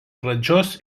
pradžios